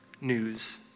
news